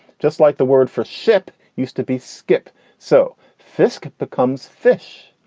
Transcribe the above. just like the word for ship used to be skipped. so fisk becomes fish.